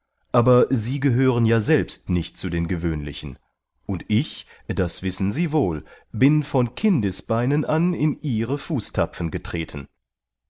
aber sie gehören ja selbst nicht zu den gewöhnlichen und ich das wissen sie wohl bin von kindesbeinen an in ihre fußtapfen getreten